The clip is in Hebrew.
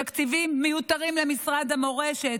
תקציבים מיותרים למשרד המורשת,